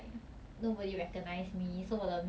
you know 以前我一定:yi qiani wo yi ding orh 要图一点 makeup